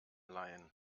leihen